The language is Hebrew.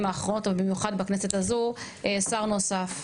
האחרונות אבל במיוחד בכנסת הזו שר נוסף,